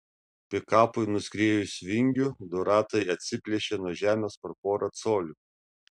pikapui nuskriejus vingiu du ratai atsiplėšė nuo žemės per porą colių